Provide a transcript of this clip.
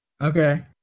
Okay